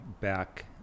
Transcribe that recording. back